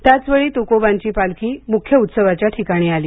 त्याचवेळी तुकोबांची पालखी मुख्य उत्सवाच्या ठिकाणी आली